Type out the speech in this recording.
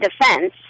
defense